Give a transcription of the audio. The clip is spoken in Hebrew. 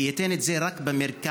הוא ייתן את זה רק במרכז.